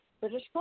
British